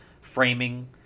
framing